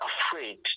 afraid